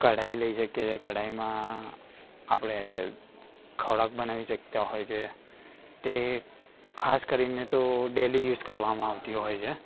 કઢાઈ લઇ શકીએ છીએ કઢાઈમાં આપણે ખોરાક બનાવી શકતા હોય છે તે ખાસ કરીને તો ડેલી યુઝ કરવામાં આવતી હોય છે